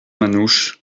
manouche